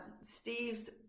Steve's